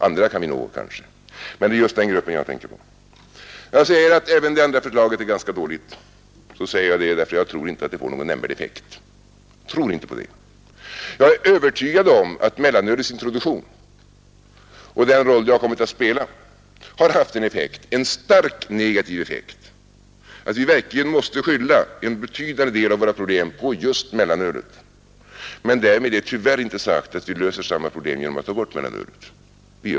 Andra kan vi kanske nå, men det är just den gruppen som jag tänker på. När jag säger att även det andra förslaget är ganska dåligt gör jag det därför att jag inte tror att det får någon nämnvärd effekt. Jag är övertygad om att mellanölets introduktion och den roll det kommit att spela har haft en så starkt negativ effekt att vi verkligen måste skylla en betydande del av våra problem på just mellanölet. Men därmed är tyvärr inte sagt att vi löser samma problem genom att ta bort mellanölet.